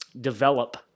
develop